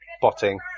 botting